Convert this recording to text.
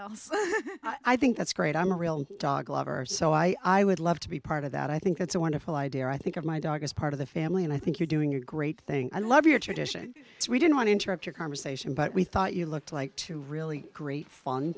lot i think that's great i'm a real dog lover so i would love to be part of that i think it's a wonderful idea i think of my dog as part of the family and i think you're doing a great thing i love your tradition so we don't want to interrupt your conversation but we thought you looked like two really great fun